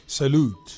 salute